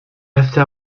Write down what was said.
erste